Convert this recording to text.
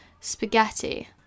spaghetti